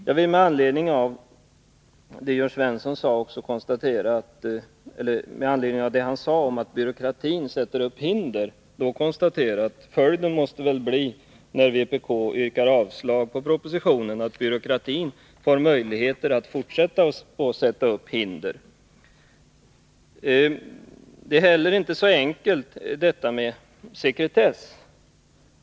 Jag vill med anledning av vad Jörn Svensson sade om att byråkratin sätter upp hinder konstatera, att följden av vpk:s avslagsyrkande på propositionen väl måste bli att byråkratin får möjligheter att fortsätta att sätta upp hinder! Detta med sekretess är inte heller så enkelt.